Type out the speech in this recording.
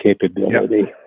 capability